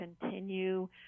continue